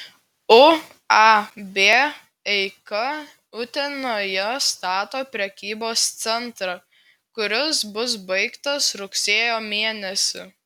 uab eika utenoje stato prekybos centrą kuris bus baigtas rugsėjo mėnesį